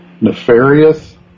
Nefarious